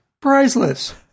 Priceless